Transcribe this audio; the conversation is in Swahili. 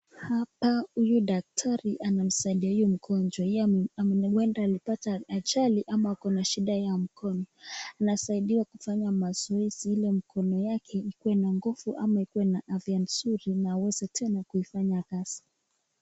Hapa huyu daktari anamsaidia huyu mgonjwa, yeye huenda alipata ajali ama ako na shida ya mkono. Anasaidiwa kufanya mazoezi ile mkono yake ikuwe na nguvu ama ikuwe na afya mzuri ili aweze tena kuifanya kazi.